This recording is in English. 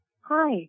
Hi